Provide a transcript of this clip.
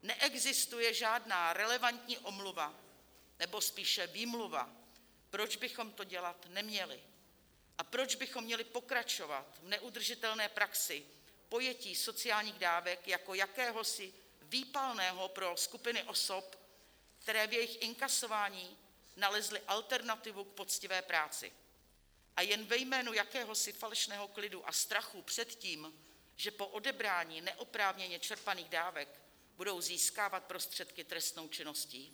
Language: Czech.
Neexistuje žádná relevantní omluva nebo spíše výmluva, proč bychom to dělat neměli a proč bychom měli pokračovat v neudržitelné praxi pojetí sociálních dávek jako jakéhosi výpalného pro skupiny osob, které v jejich inkasování nalezly alternativu k poctivé práci, a jen ve jménu jakéhosi falešného klidu a strachu před tím, že po odebrání neoprávněně čerpaných dávek budou získávat prostředky trestnou činností.